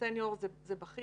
סניור זה בכיר.